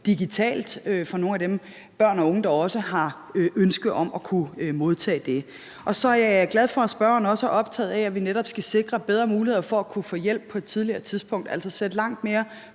digitalt til nogle af de børn og unge, der også har ønske om at kunne modtage det. Dels er jeg glad for, at spørgeren også er optaget af, at vi netop skal sikre bedre muligheder for at kunne få hjælp på et tidligere tidspunkt, altså at sætte langt mere